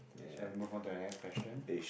shall we move on to the next question